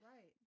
Right